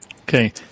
Okay